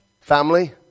Family